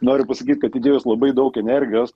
noriu pasakyt kad įdėjus labai daug energijos